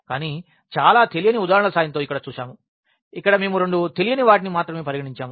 కానీ చాలా తెలియని ఉదాహరణల సహాయంతో ఇక్కడ చూశాము ఇక్కడ మేము రెండు తెలియని వాటిని మాత్రమే పరిగణించాము